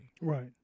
Right